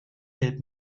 gelb